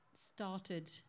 started